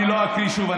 אני לא אתחיל שוב.